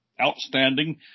outstanding